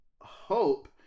hope